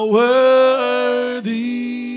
worthy